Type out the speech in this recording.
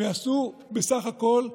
והם יעשו בסך הכול חמש,